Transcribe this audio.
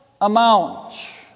amount